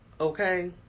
Okay